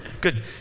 good